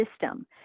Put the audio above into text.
system